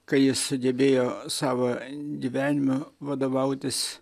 ka jis sugebėjo savo gyvenime vadovautis